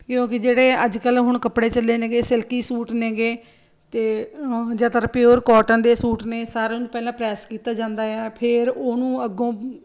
ਕਿਉਂਕਿ ਜਿਹੜੇ ਅੱਜ ਕੱਲ੍ਹ ਹੁਣ ਕੱਪੜੇ ਚੱਲੇ ਨੇਗੇ ਸਿਲਕੀ ਸੂਟ ਨੇਗੇ ਅਤੇ ਜ਼ਿਆਦਾ ਪਿਓਰ ਕਾਟਨ ਦੇ ਸੂਟ ਨੇ ਸਾਰਿਆਂ ਨੂੰ ਪਹਿਲਾਂ ਪ੍ਰੈਸ ਕੀਤਾ ਜਾਂਦਾ ਆ ਫਿਰ ਉਹਨੂੰ ਅੱਗੋਂ